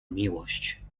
miłość